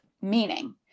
meaning